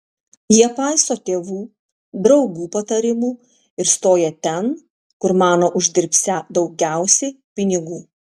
jie paiso tėvų draugų patarimų ir stoja ten kur mano uždirbsią daugiausiai pinigų